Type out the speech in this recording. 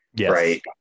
right